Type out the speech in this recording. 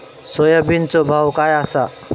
सोयाबीनचो भाव काय आसा?